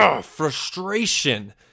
frustration